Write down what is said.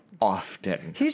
often